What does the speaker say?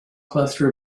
cluster